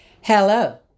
Hello